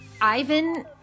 Ivan